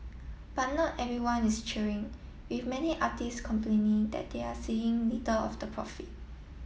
but not everyone is cheering with many artists complaining that they are seeing little of the profit